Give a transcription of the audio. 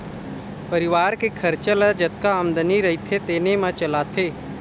परिवार के खरचा ल जतका आमदनी रहिथे तेने म चलाथे